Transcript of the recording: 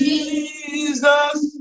Jesus